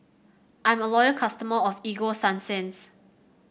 I'm a loyal customer of Ego Sunsense